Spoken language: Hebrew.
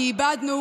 כי איבדנו